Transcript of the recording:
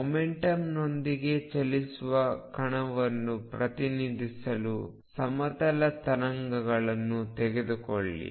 ಮೊಮೆಂಟಮ್ನೊಂದಿಗೆ ಚಲಿಸುವ ಕಣವನ್ನು ಪ್ರತಿನಿಧಿಸುವ ಸಮತಲ ತರಂಗಗಳನ್ನು ತೆಗೆದುಕೊಳ್ಳಿ